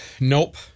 nope